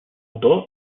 autor